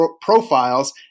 profiles